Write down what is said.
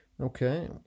Okay